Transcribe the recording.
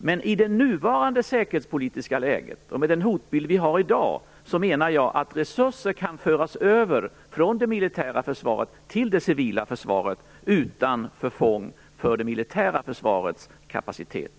Men i det nuvarande säkerhetspolitiska läget och med den hotbild vi har i dag menar jag att resurser kan föras över från det militära försvaret till det civila försvaret utan förfång för det militära försvarets kapacitet.